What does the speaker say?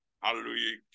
Hallelujah